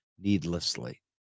needlessly